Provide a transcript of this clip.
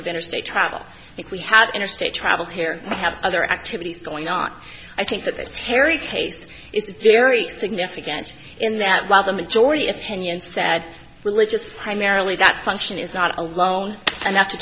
of interstate travel if we had interstate travel here we have other activities going on i think that the terry case it's very significant in that while the majority opinion said religious primarily that function is not alone